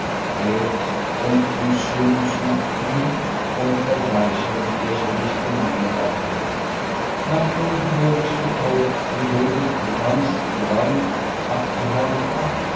wäd und füßchen zum kü und dergleichen lächerlich gemeine worte nachdem gehörig getollt gejodelt getanzt geweint abgehärmt war